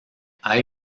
hay